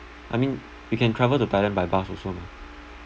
I mean we can travel to thailand by bus also mah